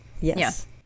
Yes